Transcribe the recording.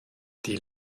die